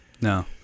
No